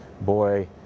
boy